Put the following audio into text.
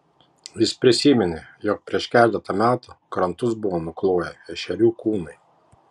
jis prisiminė jog prieš keletą metų krantus buvo nukloję ešerių kūnai